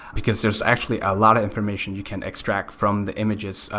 because there's actually a lot of information you can extract from the images.